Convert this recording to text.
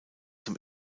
zum